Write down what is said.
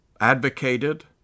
advocated